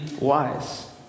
wise